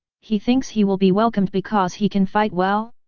he thinks he will be welcomed because he can fight well?